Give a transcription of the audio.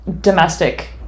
domestic